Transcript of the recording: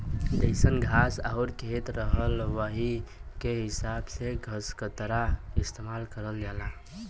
जइसन घास आउर खेत रहला वही के हिसाब से घसकतरा इस्तेमाल करल जाला